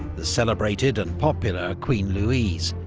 the celebrated and popular queen louise,